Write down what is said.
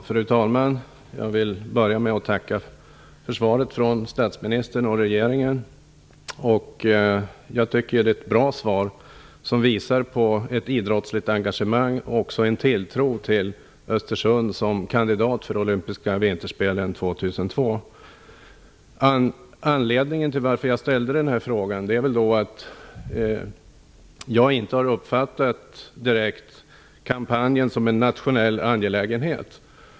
Fru talman! Jag vill börja med att tacka för svaret från statsministern och regeringen. Jag tycker att det är ett bra svar, som visar på ett idrottsligt engagemang och en tilltro till Östersund som kandidat för de olympiska vinterspelen 2002. Anledningen till att jag har ställt frågan är att jag inte har uppfattat kampanjen som en direkt nationell angelägenhet.